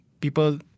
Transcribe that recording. people